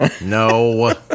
No